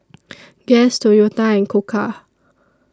Guess Toyota and Koka